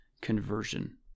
conversion